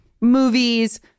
movies